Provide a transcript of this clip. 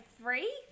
three